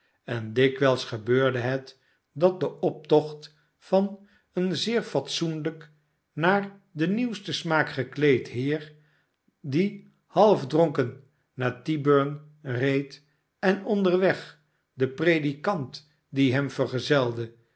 en dikwijls gebeurde het dat de optocht van een zeer fatsoenlijk naar den nieuwsten smaak gekleed heer die half dronken naar tyburn reed en onderweg den predikant die hem vergezelde